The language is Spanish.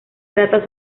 trata